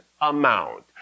amount